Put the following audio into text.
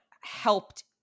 helped